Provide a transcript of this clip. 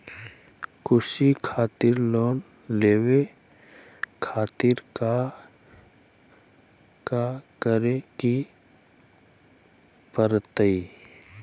कृषि खातिर लोन लेवे खातिर काका करे की परतई?